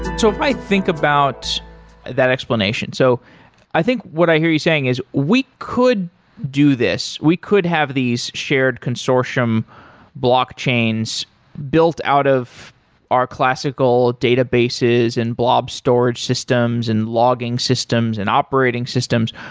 so if i think about that explanation, so i think what i hear you saying is, we could do this, we could have these shared consortium blockchains built out of our classical databases and blob storage systems and logging systems and operating systems,